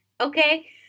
okay